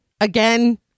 Again